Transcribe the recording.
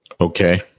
Okay